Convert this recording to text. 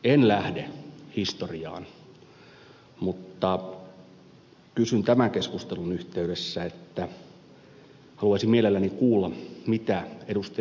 en lähde historiaan mutta tämän keskustelun yhteydessä haluaisin mielelläni kuulla mitä ed